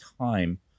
time